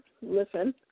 listen